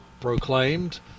proclaimed